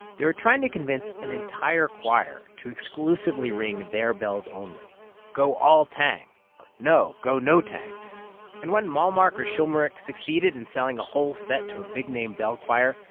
they were trying to convince an entire choir to exclusively ring their bells only go all tang or no, go no tang and when malmark or schulmerich succeeded in selling a whole set to a big-name bell choir,